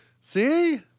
See